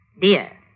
Dear